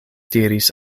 diris